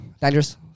Dangerous